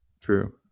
True